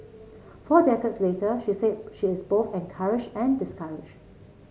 four decades later she said she is both encouraged and discouraged